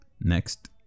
Next